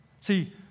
See